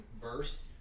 burst